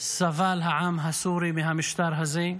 סבל העם הסורי מהמשטר הזה,